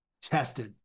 tested